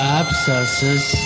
abscesses